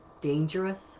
dangerous